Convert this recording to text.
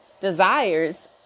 desires